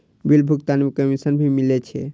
Bill भुगतान में commission भी मिले छै?